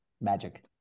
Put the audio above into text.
magic